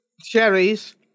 Cherries